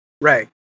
Right